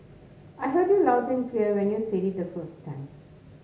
I heard you loud and clear when you said it the first time